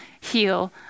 heal